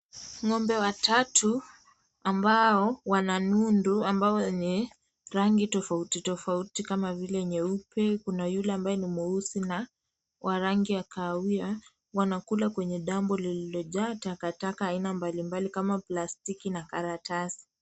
Ngombe watatu ambao wana nundu ambao ni rangi tofauti tofauti kama vile nyeupe kuna yule ambaye ni mweusi na wa rangi ya kahawia wanakula kwenye dambo lililo jaa takataka aina mbali mbali kama plastiki na karatasi.